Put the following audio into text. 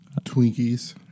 Twinkies